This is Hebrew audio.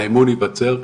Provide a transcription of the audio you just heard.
האמון ייווצר,